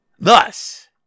thus